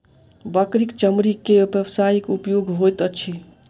बकरीक चमड़ी के व्यवसायिक उपयोग होइत अछि